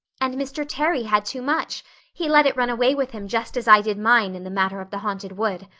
and mr. terry had too much he let it run away with him just as i did mine in the matter of the haunted wood.